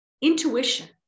intuition